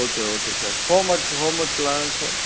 okay okay sir homework home ஒர்க்லாம் sir